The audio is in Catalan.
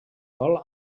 gol